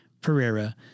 Pereira